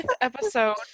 episode